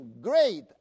great